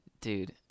Dude